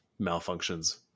malfunctions